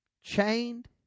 chained